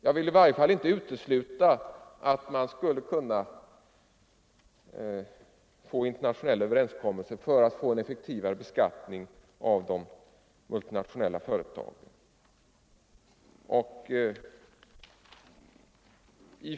Jag vill i varje fall inte utesluta att man genom internationella överenskommelser skulle kunna få en effektivare beskattning av de multinationella företagen.